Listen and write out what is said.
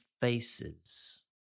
faces